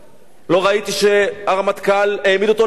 לא ראיתי שהרמטכ"ל העמיד אותו למשפט.